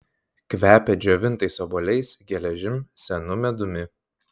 kvepia džiovintais obuoliais geležim senu medumi